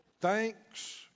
thanks